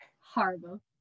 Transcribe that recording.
Horrible